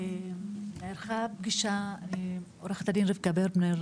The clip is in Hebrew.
נערכה פגישה עם עורכת הדין רבקה ברנר,